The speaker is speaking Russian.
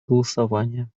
голосования